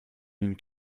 mille